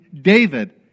David